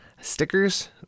stickers